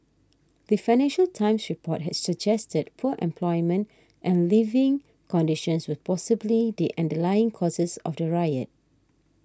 the Financial Times report had suggested poor employment and living conditions were possibly the underlying causes of the riot